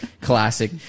Classic